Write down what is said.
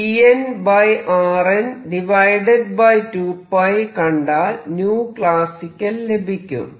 vnrn2π കണ്ടാൽ classical ലഭിക്കും